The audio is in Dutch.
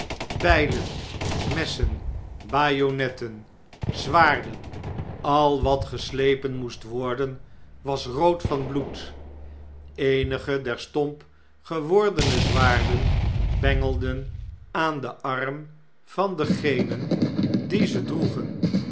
bylen messen bajonetted zwaarden al wat geslepen moest worden was rood van bloed eenige der stomp gewordene zwaarden bengelden aan den arm van degenen die ze droegen